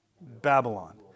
Babylon